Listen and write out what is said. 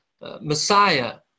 Messiah